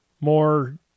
more